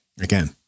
Again